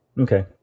Okay